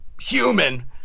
human